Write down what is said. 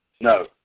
No